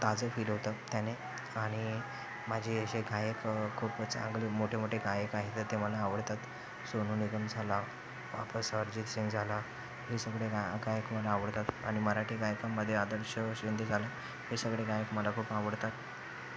ताजं फील होतं त्याने आणि माझे असे कैक खूपच चांगले मोठे मोठे गायक आहेत तर ते मला आवडतात सोनू निगम झाला वापस अर्जित सिंग झाला हे सगळे गा गायक मला आवडतात आणि मराठी गायकांमध्ये आदर्श शिंदे झाला हे सगळे गायक मला खूप आवडतात